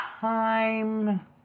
time